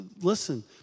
Listen